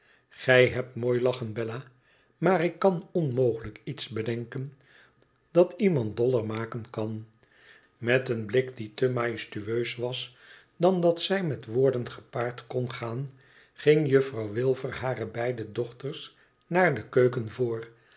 gij hebt mooi lachen bella maar ik kan onmogelijk iets bedenken dat iemand doller maken kan met een blik die te majestueus was dan dat hij met woorden gepaard kon gaan ging juffrouw wilfer hare beide dochters naar de keuken voor